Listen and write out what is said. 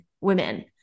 women